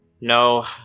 No